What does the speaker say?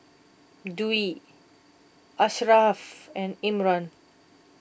Dwi Asharaff and Imran